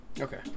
okay